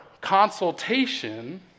consultation